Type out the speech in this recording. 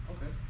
Okay